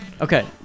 Okay